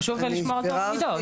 חשוב לשמור על טוהר המידות.